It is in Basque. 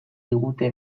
digute